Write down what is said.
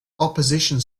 opposition